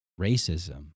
racism